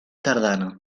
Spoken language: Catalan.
tardana